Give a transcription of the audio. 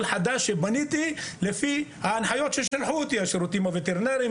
חדש שבניתי לפי ההנחיות שנתנו לי השירותים הווטרינריים,